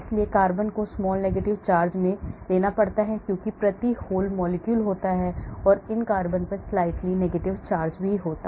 इसलिए कार्बन को small negative charge में लेना पड़ता है क्योंकि प्रति whole molecule होता है इसलिए इन कार्बन पर slightly negative charge होगा